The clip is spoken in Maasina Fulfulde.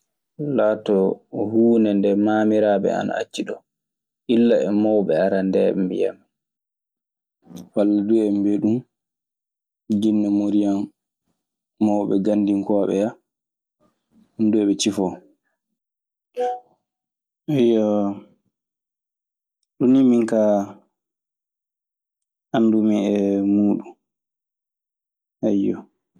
Laatoto huunde nde maamiraaɓe ana acci ɗon. Illa e mawɓe anndeeɓe mbiyammi. Walla duu eɓe mbiya ɗun ginne moriyaangu, mawɓe gaddinkooɓe ya. Ɗun duu eɓe cifoo. Eyyo, ɗun nii min kaa anndumi e muuɗun. Ayyoo.